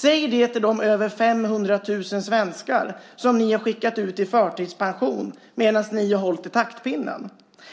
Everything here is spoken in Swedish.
Säg det till de över 500 000 svenskar som ni har skickat ut i förtidspension medan ni har hållit i taktpinnen.